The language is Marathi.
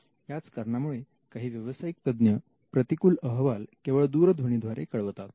याच कारणामुळे काही व्यवसायिक तज्ञ प्रतिकूल अहवाल केवळ दूरध्वनीद्वारे कळवतात